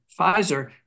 Pfizer